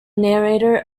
narrator